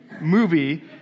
movie